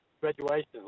graduation